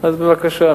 אז בבקשה.